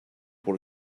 pour